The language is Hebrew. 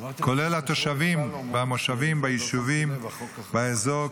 כולל התושבים במושבים ביישובים באזור,